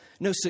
No